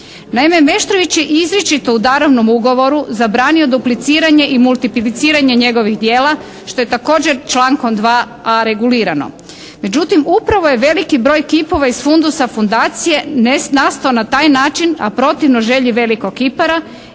Naime Meštrović je izričito u darovnom ugovoru zabranio dupliciranje i multipliciranje njegovih djela što je također člankom 2a. regulirano. Međutim upravo je veliki broj kipova iz fundusa fundacije nastao na taj način, a protivno želji velikog kipara